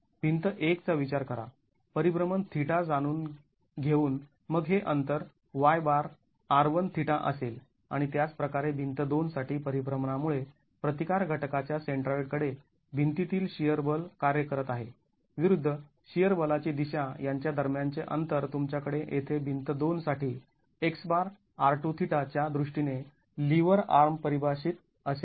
भिंत १ चा विचार करा परिभ्रमण θ जाणून घेऊन मग हे अंतर असेल आणि त्याच प्रकारे भिंत २ साठी परिभ्रमणामुळे प्रतिकार घटकाच्या सेंट्रॉईड कडे भिंतीतील शिअर बल कार्य करत आहे विरुद्ध शिअर बलाची दिशा यांच्या दरम्यान चे अंतर तुमच्याकडे येथे भिंत २ साठी च्या दृष्टीने लिव्हर आर्म परिभाषित असेल